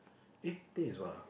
eh teh is what ah